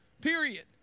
period